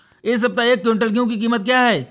इस सप्ताह एक क्विंटल गेहूँ की कीमत क्या है?